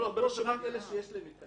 לא, רק אלה שיש להם מתקנים.